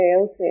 okay